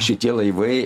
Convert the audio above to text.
šitie laivai